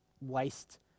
waste